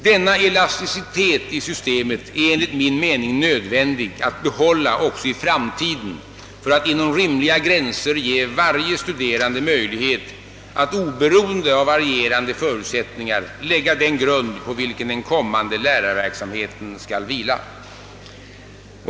Denna elasticitet i systemet är enligt min mening nödvändig att behålla också i framtiden för att inom rimliga gränser ge varje studerande möjlighet att oberoende av varierande förutsättningar lägga den grund, på vilken den kommande lärarverksamheten skall vila.